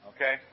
Okay